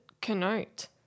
connote